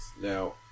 Now